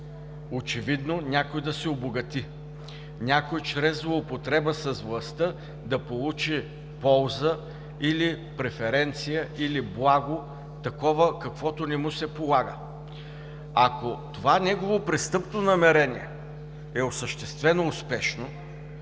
Очевидно някой да се обогати! Някой, чрез злоупотреба с властта, да получи полза или преференция, или благо, такова каквото не му се полага. Ако това негово престъпно намерение е осъществено успешно,